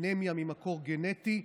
אנמיה ממקור גנטי,